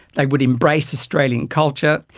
like would embrace australian culture.